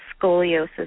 scoliosis